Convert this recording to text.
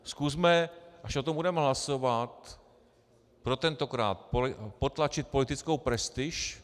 Zkusme, až o tom budeme hlasovat, protentokrát potlačit politickou prestiž.